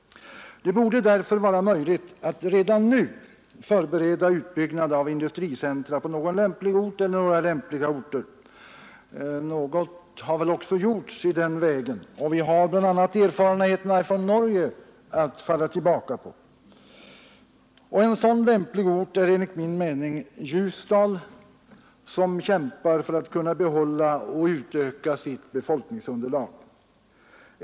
Det borde därför vara möjligt att redan nu förbereda utbyggnad av industricentra på några lämpliga orter. Något har väl också gjorts i den vägen, och vi har bl.a. erfarenheterna från Norge att falla tillbaka på. En sådan lämplig ort är enligt min mening Ljusdal, som kämpar för att kunna behålla och öka sitt befolkningsunderlag.